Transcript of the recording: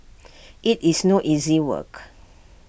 IT is no easy work